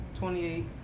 28